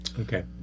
Okay